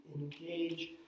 engage